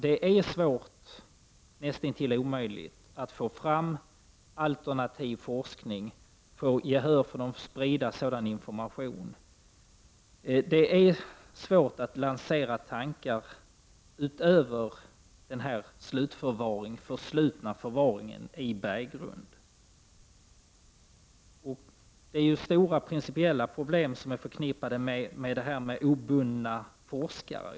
Det är svårt, näst intill omöjligt, att få fram alternativ forskning och få gehör för att sprida sådan information. Det är svårt att lansera tankar utöver idén om försluten förvaring i berggrund. Att få fram obundna forskare är förknippat med stora principiella problem.